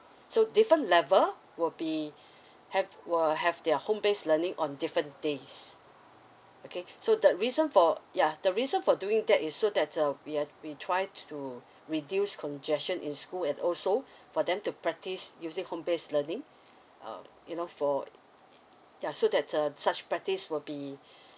so different level will be have will have their home based learning on different days okay so the reason for yeah the reason for doing that is so that uh we are we try to reduce congestion in school and also for them to practice using home based learning um you know for yeah so that uh such practice will be